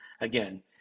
again